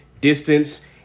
distance